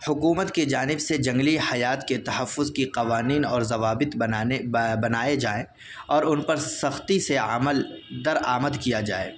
حکومت کی جانب سے جنگلی حیات کے تحفظ کی قوانین اور ضوابط بنانے بنائے جائے اور ان پر سختی سے عمل درآمد کیا جائے